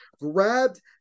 grabbed